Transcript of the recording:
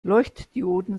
leuchtdioden